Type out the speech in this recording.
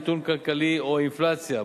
מיתון כלכלי או אינפלציה,